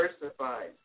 diversified